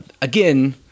again